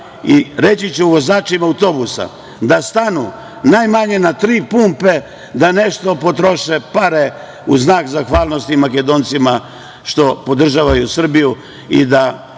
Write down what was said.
i reći ću vozačima autobusa da stanu, najmanje na tri pumpe, da nešto potroše para, u znak zahvalnosti Makedoncima što podržavaju Srbiju i da